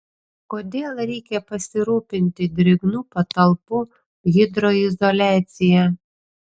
kodėl reikia pasirūpinti drėgnų patalpų hidroizoliacija